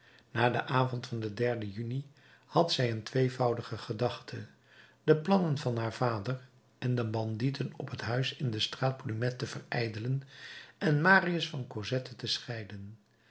na den avond van den juni had zij een tweevoudige gedachte de plannen van haar vader en de bandieten op het huis in de straat plumet te verijdelen en marius van cosette te scheiden